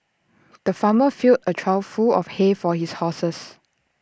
the farmer filled A trough full of hay for his horses